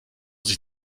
sich